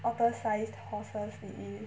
otter sized horses it is